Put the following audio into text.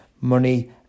Money